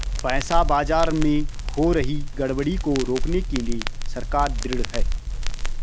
पैसा बाजार में हो रही गड़बड़ी को रोकने के लिए सरकार ढृढ़ है